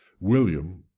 William